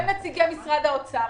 הם נציגי משרד האוצר.